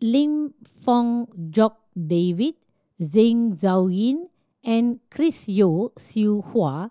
Lim Fong Jock David Zeng Shouyin and Chris Yeo Siew Hua